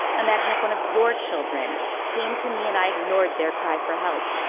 imagine if one of your children came to me and i ignored their cry for help.